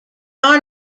are